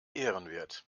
ehrenwert